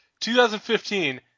2015